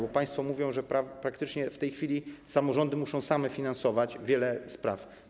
Bo państwo mówią, że praktycznie w tej chwili samorządy muszą same finansować wiele spraw.